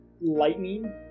lightning